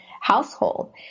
household